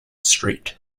street